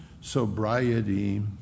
sobriety